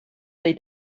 they